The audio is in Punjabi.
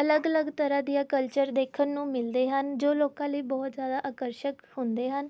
ਅਲੱਗ ਅਲੱਗ ਤਰ੍ਹਾਂ ਦੀਆਂ ਕਲਚਰ ਦੇਖਣ ਨੂੰ ਮਿਲਦੇ ਹਨ ਜੋ ਲੋਕਾਂ ਲਈ ਬਹੁਤ ਜ਼ਿਆਦਾ ਆਕਰਸ਼ਕ ਹੁੰਦੇ ਹਨ